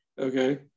okay